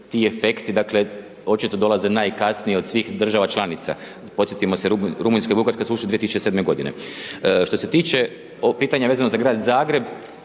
ti efekti očito dolaze najkasnije od svih država članica. Podsjetimo se Rumunjska i Bugarska su ušle 2007. godine. Što se tiče pitanja vezana za Grad Zagreb,